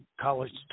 college